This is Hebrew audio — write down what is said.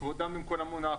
כבודם במקומם מונח.